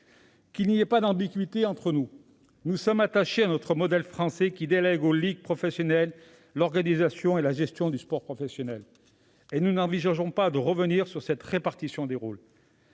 Qu'il n'y ait pas d'ambiguïté entre nous : nous sommes attachés à notre modèle français qui délègue aux ligues professionnelles l'organisation et la gestion du sport professionnel. Nous n'envisageons pas de revenir sur cette répartition des rôles.